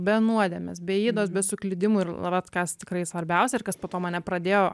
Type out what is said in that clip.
be nuodėmės bei ydos be suklydimų ir laba atkąsti tikrai svarbiausia kas po to mane pradėjo